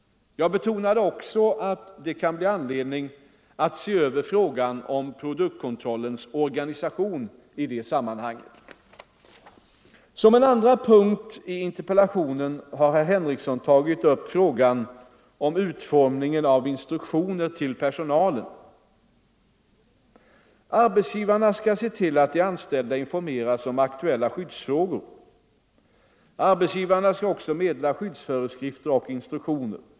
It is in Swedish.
Jag betonade också att det kan bli anledning att se över frågan om produktkontrollens organisation i det sammanhanget. Som en andra punkt i interpellationen har herr Henrikson tagit upp frågan om utformningen av instruktioner till personalen. Arbetsgivarna skall se till att de anställda informeras om aktuella skyddsfrågor. Arbetsgivarna skall också meddela skyddsföreskrifter och instruktioner.